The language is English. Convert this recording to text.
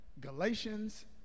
Galatians